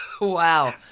Wow